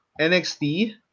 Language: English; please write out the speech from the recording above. NXT